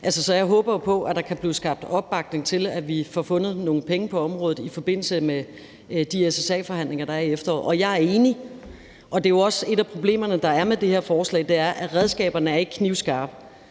jeg håber jo på, der kan blive skabt opbakning til, at vi får fundet nogle penge på området i forbindelse med de SSA-forhandlinger, der er i efteråret. Jeg er enig i, at et af problemerne, der er med det her forslag, er, at redskaberne ikke er knivskarpe.